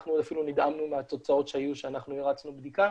אנחנו אפילו נדהמנו מהתוצאות שהיו כשהרצנו בדיקה.